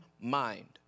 mind